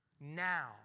now